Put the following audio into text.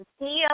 CEO